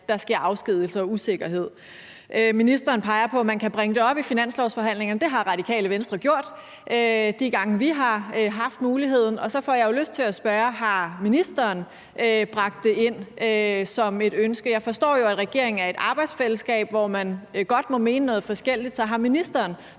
der sker afskedigelser og usikkerhed. Ministeren peger på, at man kan bringe det op i finanslovsforhandlingerne. Det har Radikale Venstre gjort de gange, vi har haft muligheden for det, og så får jeg jo lyst til at spørge, om ministeren har bragt det ind som et ønske. Jeg forstår jo, at regeringen er et arbejdsfællesskab, hvor man godt må mene noget forskelligt. Så har ministeren